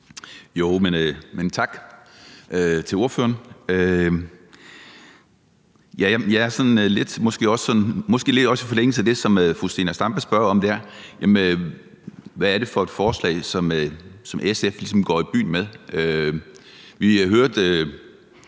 (EL): Tak til ordføreren. Det er måske lidt i forlængelse af det, som fru Zenia Stampe spurgte om: Hvad er det for et forslag, som SF ligesom går i byen med? Vi hørte